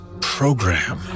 program